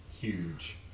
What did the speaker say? huge